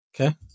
Okay